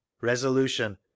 Resolution